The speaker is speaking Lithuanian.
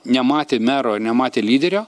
nematė mero ir nematė lyderio